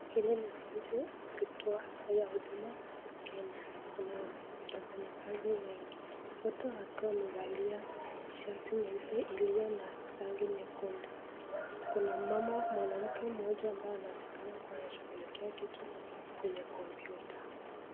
Hili ni ofisi au kituo haswa ya huduma Kenya. Kuna wafanyi kazi wengi wote wakiwa wamevalia shati nyeupe iliyo na rangi nyekundu. Kuna mama mwanamke mmoja ambaye anaonekana anashukulikia kitu kwenye kompyuta.